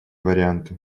варианты